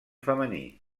femení